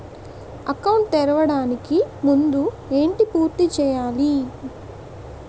Account తెరవడానికి ముందు ఏంటి పూర్తి చేయాలి?